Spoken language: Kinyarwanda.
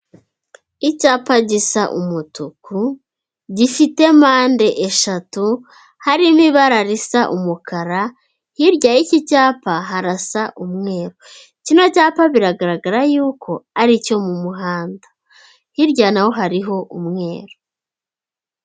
Icyapa gisa umutuku, gifite mande eshatu, harimo ibara risa umukara, hirya y'iki cyapa harasa umweru. Kino cyapa boragaragara yuko ari icyo mu muhanda hirya naho hari umweru.